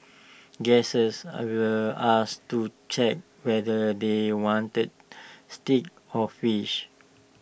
guesses are were asked to check whether they wanted steak or fish